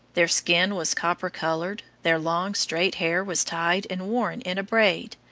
their skin was copper colored, their long, straight hair was tied and worn in a braid,